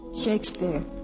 Shakespeare